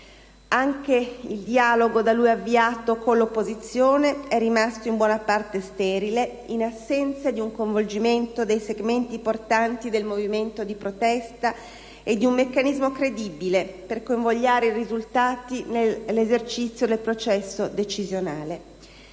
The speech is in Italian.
Anche il dialogo con l'opposizione da lui avviato è rimasto in buona parte sterile, in assenza di un coinvolgimento dei segmenti portanti del movimento di protesta e di un meccanismo credibile per convogliare i risultati dell'esercizio nel processo decisionale.